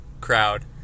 crowd